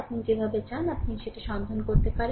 আপনি যেভাবে চান আপনি যেভাবে চান তা এটি সন্ধান করতে পারেন